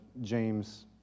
James